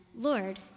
Lord